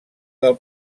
del